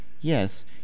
yes